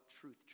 truth